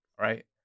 Right